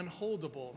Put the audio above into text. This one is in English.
unholdable